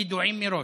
ידועים מראש.